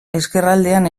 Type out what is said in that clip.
ezkerraldean